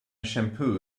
shampoo